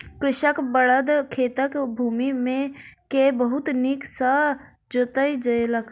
कृषकक बड़द खेतक भूमि के बहुत नीक सॅ जोईत देलक